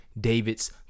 David's